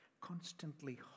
constantly